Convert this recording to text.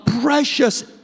precious